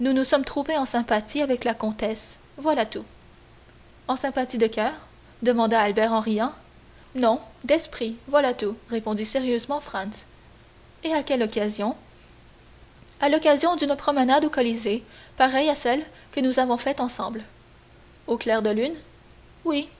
nous sommes trouvés en sympathie avec la comtesse voilà tout en sympathie de coeur demanda albert en riant non d'esprit voilà tout répondit sérieusement franz et à quelle occasion à l'occasion d'une promenade au colisée pareille à celle que nous avons faite ensemble au clair de la lune oui